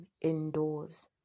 indoors